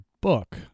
book